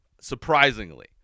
surprisingly